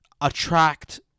attract